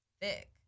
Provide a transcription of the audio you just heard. thick